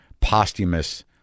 posthumous